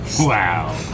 Wow